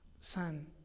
son